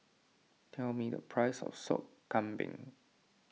tell me the price of Sop Kambing